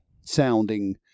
sounding